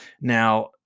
Now